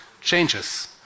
changes